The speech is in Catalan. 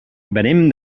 venim